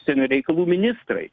užsienio reikalų ministrai